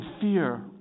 fear